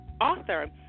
author